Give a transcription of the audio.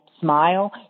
smile